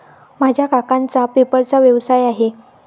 माझ्या काकांचा पेपरचा व्यवसाय आहे